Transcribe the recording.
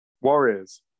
Warriors